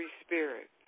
spirit